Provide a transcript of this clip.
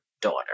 daughter